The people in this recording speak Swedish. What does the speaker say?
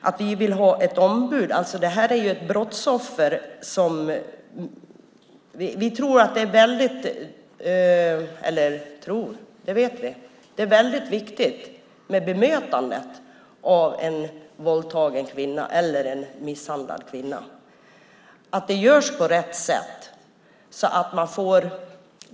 Det är viktigt med bemötandet av dessa brottsoffer - en våldtagen eller misshandlad kvinna. Det är viktigt att det görs på rätt sätt.